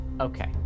Okay